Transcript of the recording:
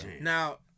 Now